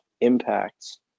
impacts